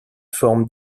formes